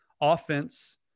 offense